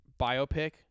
biopic